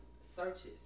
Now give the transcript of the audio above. searches